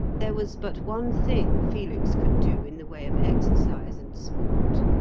there was but one thing felix could do in the way of exercise and sport.